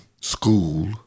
school